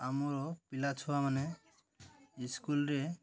ଆମର ପିଲା ଛୁଆମାନେ ଇସ୍କୁଲରେ